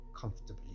comfortably